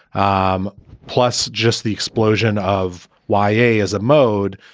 um plus just the explosion of y a. as a mode